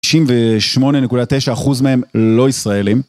98.9 אחוז מהם לא ישראלים.